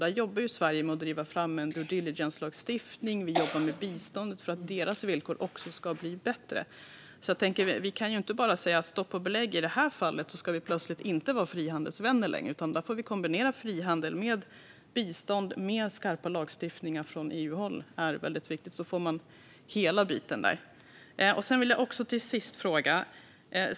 Där jobbar Sverige med att driva fram en due diligence-lagstiftning. Vi jobbar också med biståndet för att deras villkor ska bli bättre. Vi kan inte bara säga stopp och belägg och i det här fallet plötsligt inte vara frihandelsvänner längre. Här får vi kombinera frihandel med bistånd. Skarp lagstiftning från EU-håll är också väldigt viktigt. På så sätt får man hela biten där. Jag har en sista fråga.